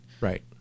Right